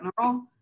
general